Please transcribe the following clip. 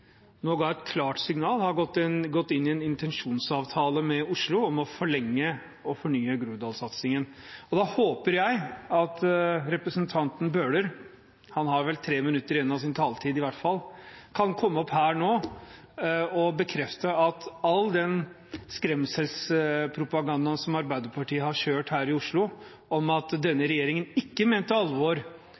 nå ga et klart signal og har inngått en intensjonsavtale med Oslo om å forlenge og fornye Groruddalssatsingen. Da håper jeg at representanten Bøhler – han har vel i hvert fall 3 minutter igjen av sin taletid – kan komme opp her nå og bekrefte at all skremselspropaganda som Arbeiderpartiet har kjørt her i Oslo, om at denne regjeringen ikke mente alvor